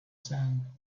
sand